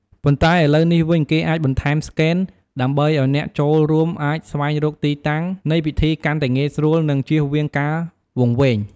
ប៉ុន្តែ ឥឡូវនេះវិញ គេអាចបន្ថែមស្កេន ដើម្បីឱ្យអ្នកចូលរួមអាចស្វែងរកទីតាំងនៃពិធីកាន់តែងាយស្រួល និង ជៀសវាងការវង្វេង។